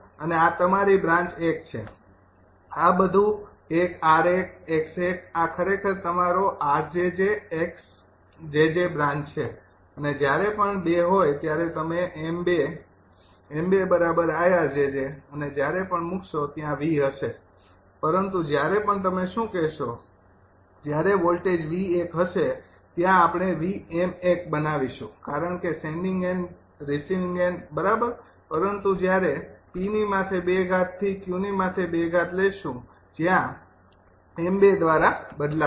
અને આ તમારી બ્રાન્ચ ૧ છે આ બધુ એક 𝑟૧ 𝑥૧ આ ખરેખર તમારો 𝑟𝑗𝑗 𝑥 𝑗𝑗 બ્રાન્ચ છે અને જ્યારે પણ ૨ હોય ત્યાં તમે 𝑚૨ 𝑚૨𝐼𝑅𝑗𝑗 અને જ્યારે પણ મૂકશો ત્યાં 𝑉 હશે પરંતુ જ્યારે પણ તમે શું કહેશો જ્યારે વોલ્ટેજ 𝑉૧ હશે ત્યાં આપણે 𝑉𝑚૧ બનાવીશું કારણ કે સેંડિંગ એન્ડ રિસીવિંગ એન્ડ બરાબર પરંતુ જ્યારે 𝑃૨ થી 𝑄૨ લેશું જ્યાં 𝑚૨ દ્વારા બદલાશે